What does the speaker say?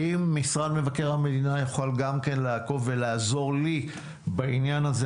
אם משרד מבקר המדינה יוכל גם כן לעקוב ולעזור לי בעניין הזה,